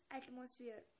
atmosphere